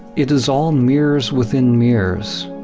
it is all mirrors within mirrors,